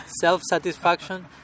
self-satisfaction